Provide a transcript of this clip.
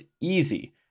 easy